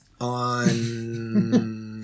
on